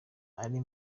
ari